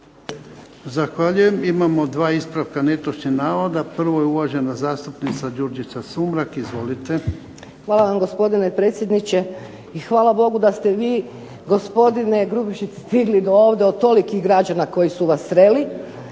Zahvaljujem. Imamo dva ispravka netočnih navoda. Prvo je uvažena zastupnica Đurđica Sumrak. Izvolite. **Sumrak, Đurđica (HDZ)** Hvala vam, gospodine potpredsjedniče. I hvala Bogu da ste vi, gospodine Grubišić, stigli do ovdje od tolikih građana koji su vas sreli.